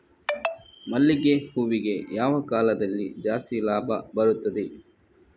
ಮಲ್ಲಿಗೆ ಹೂವಿಗೆ ಯಾವ ಕಾಲದಲ್ಲಿ ಜಾಸ್ತಿ ಲಾಭ ಬರುತ್ತದೆ?